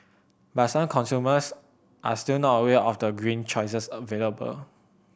but some consumers are still not aware of the green choices available